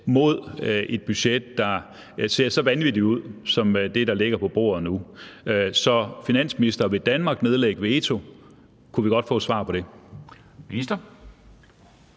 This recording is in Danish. mod et budget, der ser så vanvittigt ud, som det, der ligger på bordet nu? Så, finansminister, vil Danmark nedlægge veto – kunne vi godt få et svar på det?